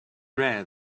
rare